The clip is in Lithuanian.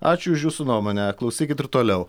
ačiū už jūsų nuomonę klausykit ir toliau